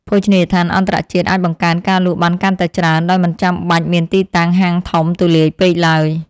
ភោជនីយដ្ឋានអន្តរជាតិអាចបង្កើនការលក់បានកាន់តែច្រើនដោយមិនចាំបាច់មានទីតាំងហាងធំទូលាយពេកឡើយ។